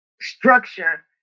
structure